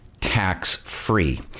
tax-free